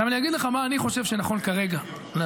עכשיו, אני אגיד לך מה אני חושב שנכון כרגע לעשות.